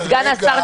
סגן השר,